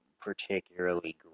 particularly